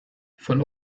von